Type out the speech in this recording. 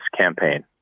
campaign